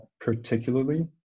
particularly